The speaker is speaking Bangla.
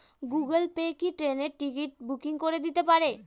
গুগল পে কি ট্রেনের টিকিট বুকিং করে দিতে পারে?